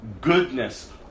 goodness